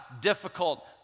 difficult